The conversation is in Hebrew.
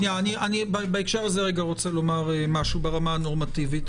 לשנה --- בהקשר הזה אני רוצה לומר משהו ברמה הנורמטיבית.